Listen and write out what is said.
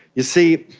you see,